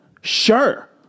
Sure